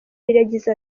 yagize